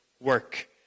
work